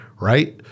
right